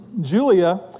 Julia